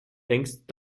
hängst